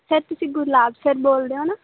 sir ਤੁਸੀਂ Gurlab sir ਬੋਲਦੇ ਹੋ ਨਾ